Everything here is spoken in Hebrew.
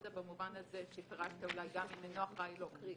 במובן הזה שפירשת, גם אם אינו אחראי לו, קרי,